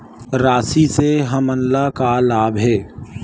राशि से हमन ला का लाभ हे?